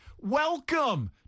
Welcome